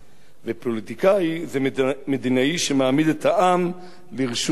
ופוליטיקאי זה מדינאי שמעמיד את העם לרשות עצמו.